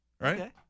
right